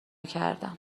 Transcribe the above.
کردم